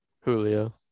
Julio